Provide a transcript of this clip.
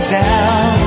down